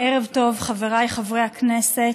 ערב טוב, חבריי חברי הכנסת.